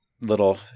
little